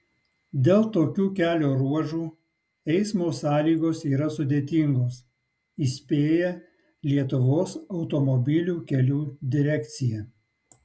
dėl tokių kelio ruožų eismo sąlygos yra sudėtingos įspėja lietuvos automobilių kelių direkcija